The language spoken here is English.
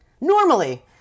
Normally